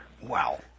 Wow